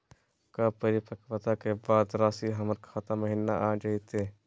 का परिपक्वता के बाद रासी हमर खाता महिना आ जइतई?